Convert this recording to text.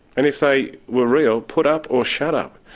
and if they were real, put up or shut up.